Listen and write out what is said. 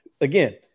Again